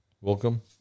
Welcome